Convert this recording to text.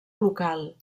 local